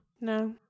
No